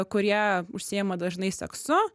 kurie užsiima dažnai seksu